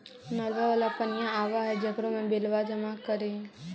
नलवा वाला पनिया आव है जेकरो मे बिलवा जमा करहिऐ?